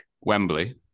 Wembley